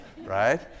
right